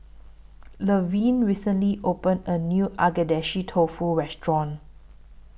Levern recently opened A New Agedashi Dofu Restaurant